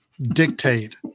dictate